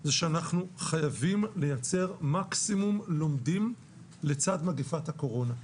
זה שאנחנו חייבים לייצר מקסימום לומדים לצד מגפת הקורונה.